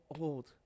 old